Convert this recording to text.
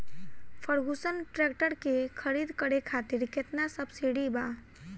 Ferguson tractor के खरीद करे खातिर केतना सब्सिडी बा?